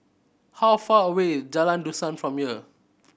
how far away Jalan Dusan from here